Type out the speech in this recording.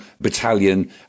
battalion